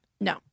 No